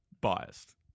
biased